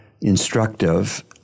instructive